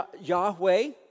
Yahweh